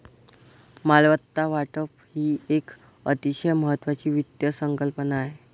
मालमत्ता वाटप ही एक अतिशय महत्वाची वित्त संकल्पना आहे